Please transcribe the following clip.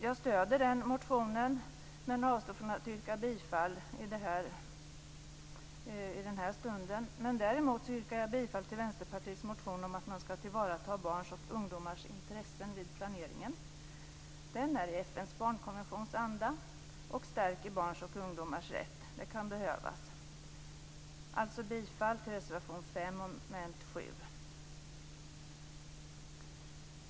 Jag stöder den motionen men avstår från att yrka bifall just nu. Däremot yrkar jag bifall till Vänsterpartiets motion om att man skall tillvarata barns och ungdomars intressen vid planeringen. Den är i FN:s barnkonventions anda och stärker barns och ungdomars rätt. Det kan behövas.